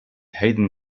hayden